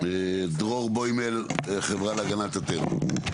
דרור בוימל, חברה להגנת הטבע.